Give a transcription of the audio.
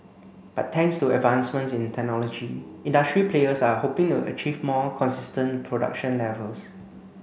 but thanks to advancements in technology industry players are hoping to achieve more consistent production levels